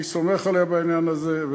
אני סומך עליה בעניין הזה,